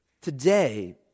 today